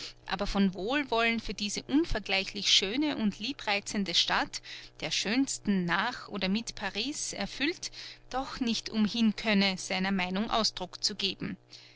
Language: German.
aber von wohlwollen für diese unvergleichlich schöne und liebreizende stadt der schönsten nach oder mit paris erfüllt doch nicht umhin könne seiner meinung ausdruck zu geben